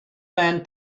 man